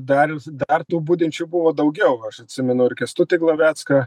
dar jūs dar tų budinčių buvo daugiau aš atsimenu ir kęstutį glavecką